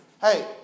Hey